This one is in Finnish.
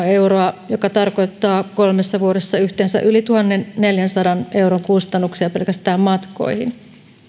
euroa mikä tarkoittaa kolmessa vuodessa yhteensä yli tuhannenneljänsadan euron kustannuksia pelkästään matkoihin